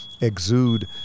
exude